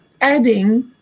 adding